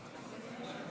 מסדר-היום.